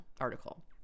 article